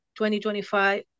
2025